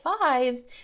fives